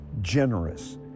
generous